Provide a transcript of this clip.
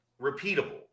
repeatable